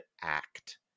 act